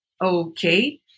okay